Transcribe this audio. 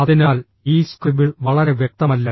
അതിനാൽ ഈ സ്ക്രിബിൾ വളരെ വ്യക്തമല്ല